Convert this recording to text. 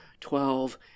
twelve